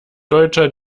deutscher